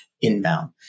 inbound